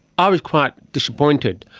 i was quite disappointed.